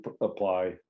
apply